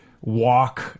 walk